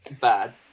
Bad